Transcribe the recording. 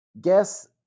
guess